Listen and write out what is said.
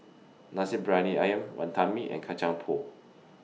Nasi Briyani Ayam Wantan Mee and Kacang Pool